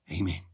Amen